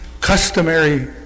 Customary